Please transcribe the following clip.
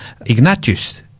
Ignatius